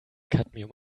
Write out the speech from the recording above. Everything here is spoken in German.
cadmium